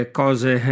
cose